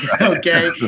Okay